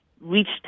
reached